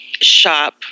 shop